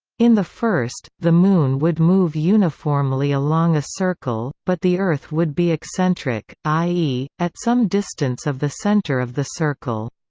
in the first, the moon would move uniformly along a circle, but the earth would be eccentric, i e, at some distance of the center of the circle.